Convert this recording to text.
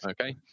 okay